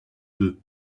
deux